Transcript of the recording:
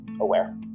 aware